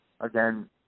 again